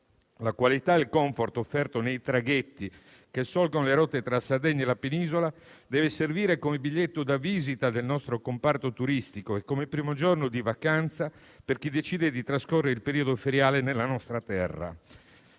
La qualità e il *comfort* offerti nei traghetti che solcano le rotte tra la Sardegna e la penisola devono servire come biglietto da visita del nostro comparto turistico e come primo giorno di vacanza per chi decide di trascorrere il periodo feriale nella nostra terra.